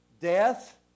Death